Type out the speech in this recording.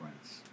friends